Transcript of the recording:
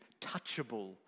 touchable